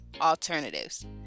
alternatives